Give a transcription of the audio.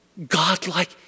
God-like